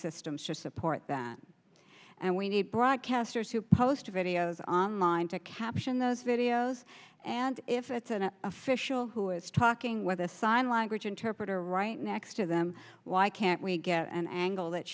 systems to support that and we need broadcasters who post videos online to caption those videos and if it's an official who is talking with a sign language interpreter right next to them why can't we get an angle that